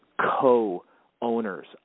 co-owners